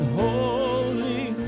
holy